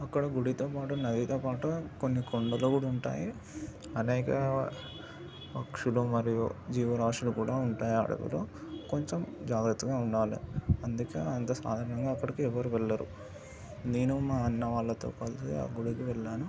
అక్కడ గుడితో పాటు నదితో పాటు కొన్ని కొండలు కూడా ఉంటాయి అనేక పక్షులు మరియు జీవరాసులు కూడా ఉంటాయి ఆ అడవిలో కొంచెం జాగ్రత్తగా ఉండాలి అందికే అంత సాధారణంగా అక్కడికి ఎవరు వెళ్ళరు నేను మా అన్న వాళ్ళతో కలిసి ఆ గుడికి వెళ్ళాను